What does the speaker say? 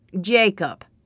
Jacob